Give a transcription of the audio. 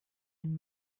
den